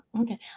okay